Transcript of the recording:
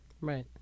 right